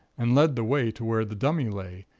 and led the way to where the dummy lay,